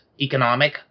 economic